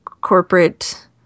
corporate